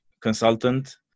consultant